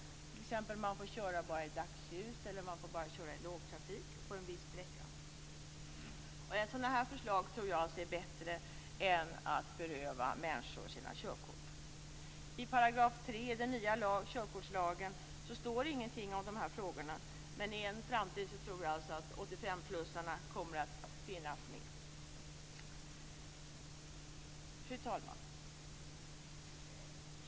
Man får t.ex. bara köra i dagsljus eller i lågtrafik och på en viss sträcka. Jag tror att sådana förslag är bättre än att beröva människor sina körkort. I § 3 i den nya körkortslagen står det ingenting om dessa frågor, men i en framtid tror jag att 85 plussarna kommer att finnas med. Fru talman!